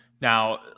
Now